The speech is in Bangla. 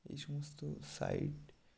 এই সমস্ত সাইট